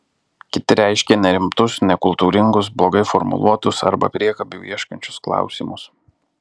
kiti reiškė nerimtus nekultūringus blogai formuluotus arba priekabių ieškančius klausimus